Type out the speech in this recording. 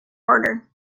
order